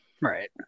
Right